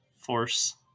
Force